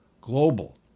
global